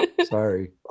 sorry